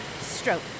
stroke